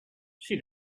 she